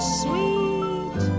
sweet